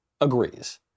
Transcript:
agrees